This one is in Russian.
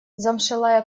замшелая